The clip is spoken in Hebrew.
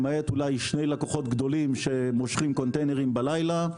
למעט אולי שני לקוחות גדולים שמושכים קונטיינרים בלילה.